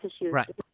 Right